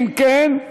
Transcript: אם כן,